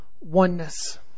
oneness